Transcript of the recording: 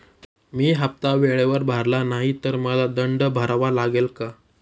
मी हफ्ता वेळेवर भरला नाही तर मला दंड भरावा लागेल का?